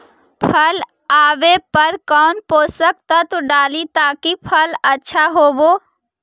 फल आबे पर कौन पोषक तत्ब डाली ताकि फल आछा होबे?